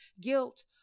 guilt